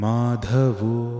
Madhavu